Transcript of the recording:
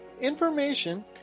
information